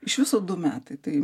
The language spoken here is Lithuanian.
iš viso du metai tai